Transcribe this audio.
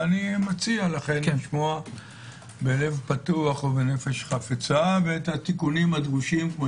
ואני מציע לכם לשמוע בלב פתוח ובנפש חפצה ואת התיקונים הדרושים - כפי